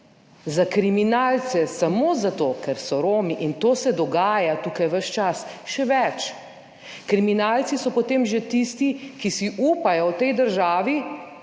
za kriminalce, samo zato ker so Romi, in to se dogaja tukaj ves čas, še več, kriminalci so potem že tisti, ki si upajo v tej državi